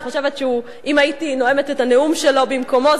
אני חושבת שאם הייתי נואמת את הנאום שלו במקומו,